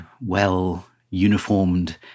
well-uniformed